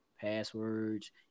passwords